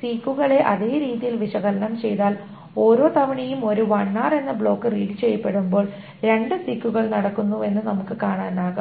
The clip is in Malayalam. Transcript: സീക്കുകളെ അതേ രീതിയിൽ വിശകലനം ചെയ്താൽ ഓരോ തവണയും ഒരു lr എന്ന ബ്ലോക്ക് റീഡ് ചെയ്യപ്പെടുമ്പോൾ രണ്ട് സീക്കുകൾ നടക്കുന്നുവെന്ന് നമുക്ക് കാണാനാകും